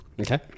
okay